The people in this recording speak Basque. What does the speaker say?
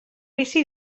bizi